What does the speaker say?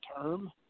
term